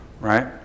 right